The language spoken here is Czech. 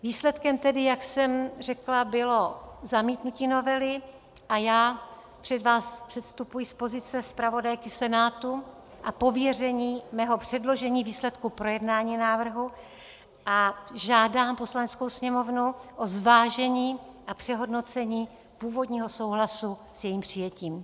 Výsledkem tedy, jak jsem řekla, bylo zamítnutí novely a já před vás předstupuji z pozice zpravodajky Senátu a pověření mého předložení výsledků projednání návrhu a žádám Poslaneckou sněmovnu o zvážení a přehodnocení původního souhlasu s jejím přijetím.